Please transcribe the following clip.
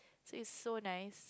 so is so nice